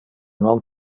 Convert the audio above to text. non